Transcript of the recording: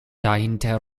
dahinter